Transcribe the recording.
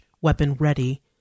weapon-ready